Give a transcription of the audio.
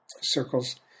circles